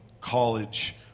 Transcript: college